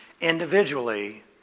individually